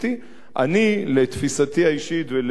לתפיסתי האישית ולעמדתי,